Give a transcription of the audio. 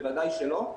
בוודאי שלא.